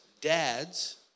dads